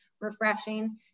refreshing